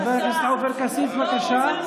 חבר הכנסת עופר כסיף, בבקשה.